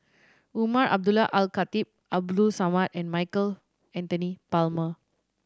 Umar Abdullah Al Khatib Abdul Samad and Michael Anthony Palmer